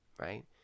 right